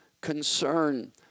concern